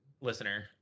listener